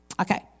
Okay